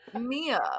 Mia